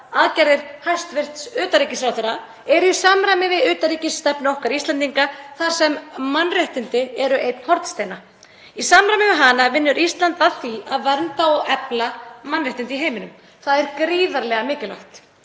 aðgerðir hæstv. utanríkisráðherra, eru í samræmi við utanríkisstefnu okkar Íslendinga þar sem mannréttindi eru einn hornsteina. Í samræmi við hana vinnur Ísland að því að vernda og efla mannréttindi í heiminum. Það er gríðarlega mikilvægt.